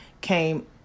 came